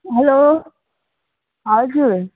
hello हजुर